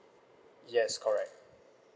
yes correct